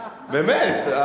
באמת.